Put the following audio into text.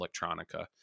electronica